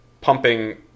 pumping